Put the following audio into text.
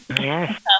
Yes